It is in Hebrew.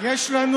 יש לנו